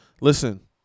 listen